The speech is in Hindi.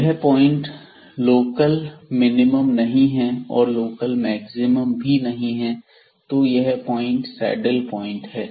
यह पॉइंट लोकल मिनिमम नहीं है और लोकल मैक्सिमम भी नहीं है तो यह पॉइंट सैडल पॉइंट है